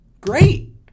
great